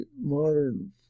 modern